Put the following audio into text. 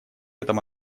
этом